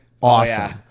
awesome